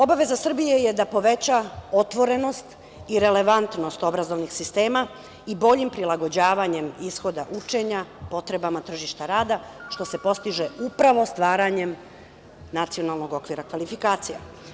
Obaveza Srbije je da poveća otvorenost i relevantnost obrazovnih sistema i boljim prilagođavanjem ishoda učenja potrebama tržišta rada, što se postiže upravo stvaranjem Nacionalnog okvira kvalifikacija.